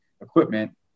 equipment